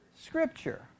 scripture